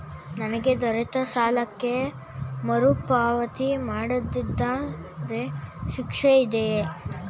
ನನಗೆ ದೊರೆತ ಸಾಲಕ್ಕೆ ಮರುಪಾವತಿ ಮಾಡದಿದ್ದರೆ ಶಿಕ್ಷೆ ಇದೆಯೇ?